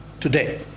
today